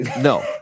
No